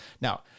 now